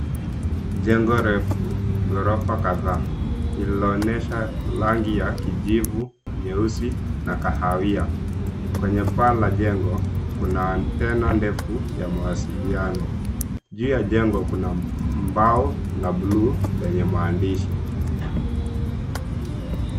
Jengo refu. Ghorofa kadhaa lililoonyeshwa rangi ya kijivu, nyeusi na kahawia. Kwenye paa la jengo, kuna antena ndefu ya mawasiliano. Juu ya jengo kuna mbao la buluu lenye maandishi.